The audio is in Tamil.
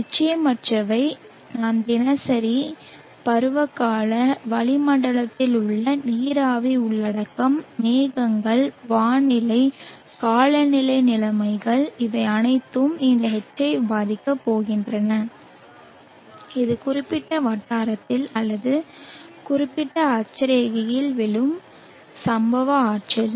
நிச்சயமற்றவை நான் தினசரி பருவகால வளிமண்டலத்தில் உள்ள நீராவி உள்ளடக்கம் மேகங்கள் வானிலை காலநிலை நிலைமைகள் இவை அனைத்தும் இந்த H ஐ பாதிக்கப் போகின்றன இது குறிப்பிட்ட வட்டாரத்தில் அல்லது குறிப்பிட்ட அட்சரேகையில் விழும் சம்பவ ஆற்றல்